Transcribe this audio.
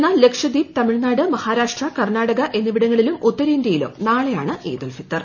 എന്നാൽ ലക്ഷദ്വീപ് തമിഴ്നാട് മഹാരാഷ്ട്ര കർണ്ണാടക എന്നിവിടങ്ങളിലും ഉത്തരേന്തൃയിലും നാളെയാണ് ഈദുൽ ഫിത്തർ